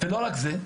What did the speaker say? ולא רק זה,